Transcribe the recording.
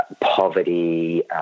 poverty